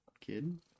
kid